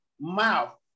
mouth